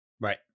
Right